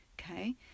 okay